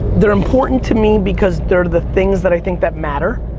they're important to me because they're the things that i think that matter.